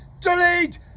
delete